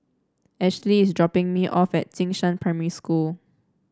Ashely is dropping me off at Jing Shan Primary School